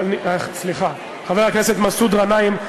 לחבר הכנסת מסעוד גנאים,